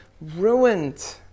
ruined